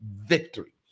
Victory